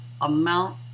amount